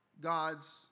God's